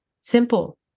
Simple